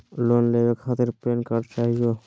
Loan लेवे खातीर PAN card चाहियो?